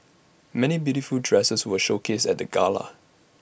many beautiful dresses were showcased at the gala